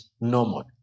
normal